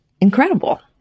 incredible